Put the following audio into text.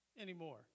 anymore